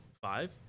five